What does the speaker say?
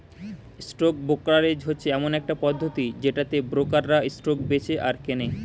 stock brokerage হচ্ছে এমন একটা পদ্ধতি যেটাতে ব্রোকাররা স্টক বেঁচে আর কেনে